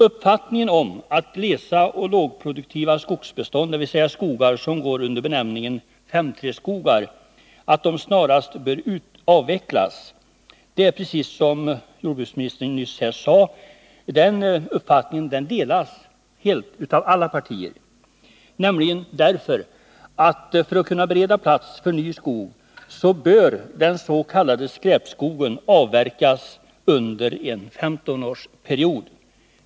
Uppfattningen om att glesa, lågproduktiva skogsbestånd, dvs. skogar som går under benämningen 5:3-skogar, snarast bör avvecklas, delas, som jordbruksministern nyss sade, av alla partier. För att bereda plats för ny skog bör den s.k. skräpskogen avverkas under en 15-årsperiod.